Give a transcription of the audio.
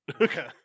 Okay